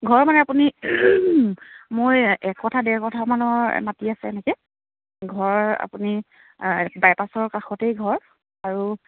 ঘৰ মানে আপুনি মই একঠা ডেৰকঠামানৰ মাতি আছে এনেকৈ ঘৰ আপুনি বাইপাছৰ কাষতেই ঘৰ আৰু